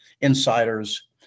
insiders